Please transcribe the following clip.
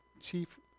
chief